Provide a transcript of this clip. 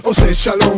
ah say shut